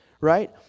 right